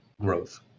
growth